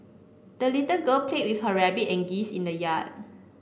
the little girl played with her rabbit and geese in the yard